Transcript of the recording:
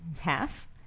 half